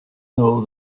know